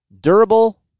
durable